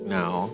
now